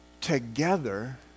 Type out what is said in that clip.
together